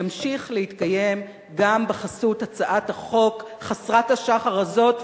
ימשיך להתקיים גם בחסות הצעת החוק חסרת השחר הזאת.